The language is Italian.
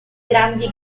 grandi